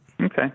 Okay